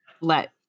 let